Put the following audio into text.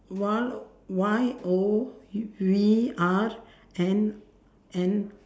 Y Y O we R N N